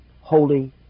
holy